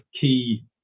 key